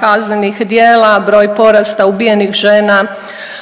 kaznenih djela, broj porasta ubijenih žena